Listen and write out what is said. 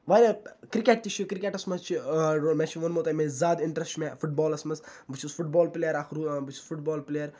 واریاہ کرکَٹ تہِ چھُ کرِکَٹَس مَنٚز چھُ مےٚ چھُ ووٚنمُت تۄہہِ مےٚ چھُ زیادٕ اِنٹرسٹ چھُ مےٚ فُٹ بالَس مَنٛز بہٕ چھُس فُٹ بال پٕلیر اَکھ روٗ بہٕ چھُس فُٹ بال پٕلیر